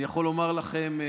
אני יכול לומר לכם,